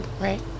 Right